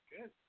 Good